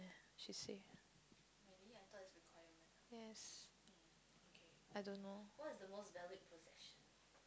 she say yes I don't know